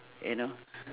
you know